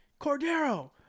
Cordero